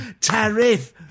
tariff